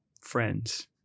friends